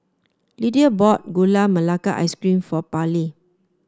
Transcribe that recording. Lidia bought Gula Melaka Ice Cream for Pairlee